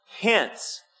Hence